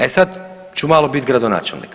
E sad ću malo biti gradonačelnik.